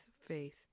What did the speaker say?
faith